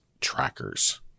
trackers